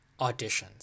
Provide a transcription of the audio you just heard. auditions